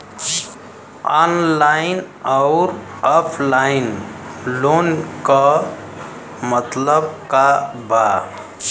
Online अउर offline loan क मतलब का बा?